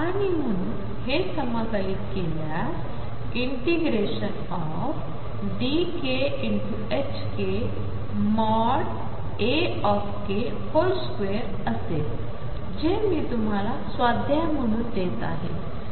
आणि म्हणून हे समकालीत केल्यास∫dk ℏk Ak2 असेल जे मी तुम्हाला स्वाध्याय म्हणून देत आहे